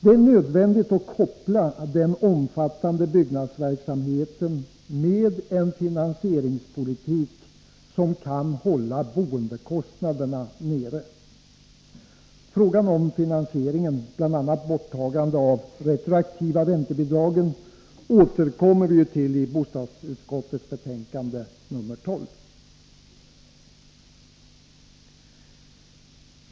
Det är nödvändigt att koppla den omfattande byggnadsverksamheten till en finansieringspolitik som kan hålla boendekostnaderna nere: Frågan om finansieringen, bl.a. borttagandet av de retroaktiva räntebidragen, återkommer vi till i bostadsutskottets betänkande 12.